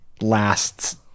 lasts